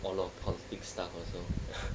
a lot of politics stuff also